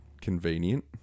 convenient